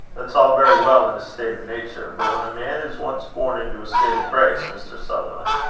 that's all very well in a state of nature but when a man is once born into a state of grace, mr. sutherland